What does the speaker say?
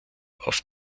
auf